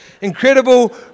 incredible